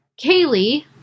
Kaylee